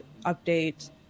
update